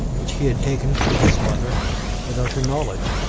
which he had taken from his mother without her knowledge.